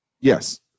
Yes